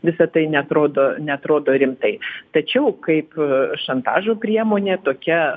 visa tai neatrodo neatrodo rimtai tačiau kaip šantažo priemonė tokia